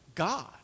God